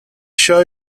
show